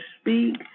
speak